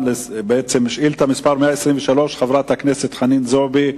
שאילתא מס' 123 של חברת הכנסת חנין זועבי,